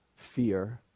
fear